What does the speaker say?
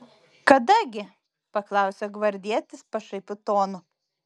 kada gi paklausė gvardietis pašaipiu tonu